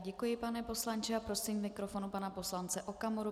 Děkuji, pane poslanče, a prosím k mikrofonu pana poslance Okamuru.